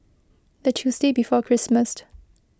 the tuesday before Christmas